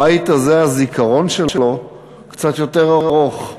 הבית הזה, הזיכרון שלו קצת יותר ארוך.